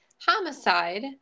homicide